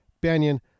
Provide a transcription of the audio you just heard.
Banyan